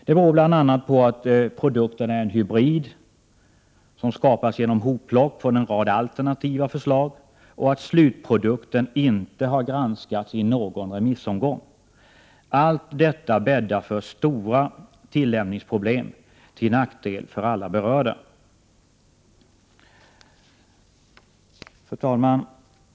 Det beror bl.a. på att produkten är en hybrid som skapats genom ”hopplock” från en rad alternativa förslag och att slutprodukten inte har granskats i någon remissomgång. Allt detta bäddar för stora tillämpningsproblem till nackdel för alla berörda. Fru talman!